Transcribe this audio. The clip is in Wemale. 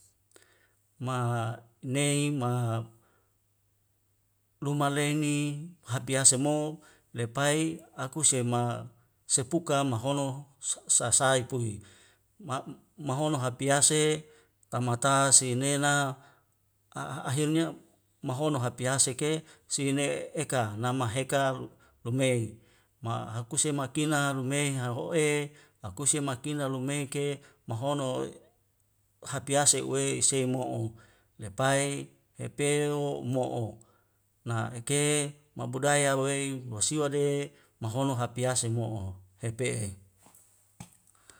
Maha nei maha luma leni hatiaso mo lepai aku sema sepuka mahono sa sai kuwi ma mahono hatiase tamata sinena a a ahirnya mahono hapiase ke sinei eka namaheka lumei ma hakuse makina lumei ha o'e hakuse makina lumei ke mahono hapiase uwei sei mo'o lepai pepeo mo'o na eke ma budaya wei wasiwa de mahono hapiase mo'o hepe'e